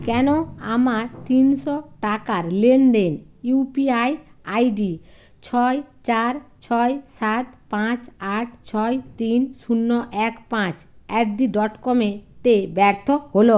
কেন আমার তিনশো টাকার লেনদেন ইউপিআই আইডি ছয় চার ছয় সাত পাঁচ আট ছয় তিন শূন্য এক পাঁচ অ্যাট দ্য ডট কম এ তে ব্যর্থ হল